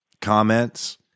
comments